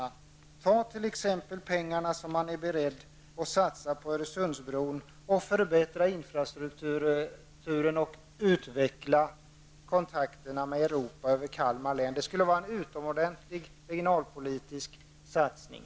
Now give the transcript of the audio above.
Man kan t.ex. ta de pengar som man är beredd att satsa på Öresundsbron och i stället förbättra infrastrukturen och utveckla kontakterna med Europa via Kalmar län. Det skulle vara en utomordentlig regionalpolitisk satsning.